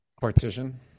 Partition